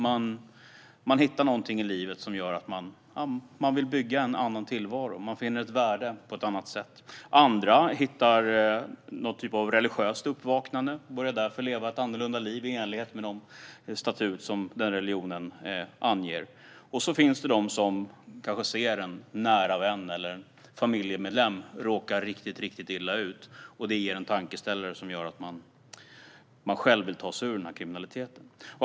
Man hittar något i livet som gör att man vill bygga en annan tillvaro. Man finner ett annat värde. Andra upplever ett religiöst uppvaknande och börjar leva ett liv i enlighet med de statut som religionen anger. Det finns också de som ser en nära vän eller familjemedlem råka riktigt illa ut, vilket ger en tankeställare som gör att man själv vill ta sig ur kriminaliteten.